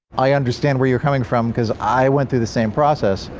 i understand where you're coming from because i went through the same process.